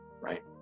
right